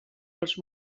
els